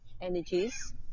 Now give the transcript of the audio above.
energies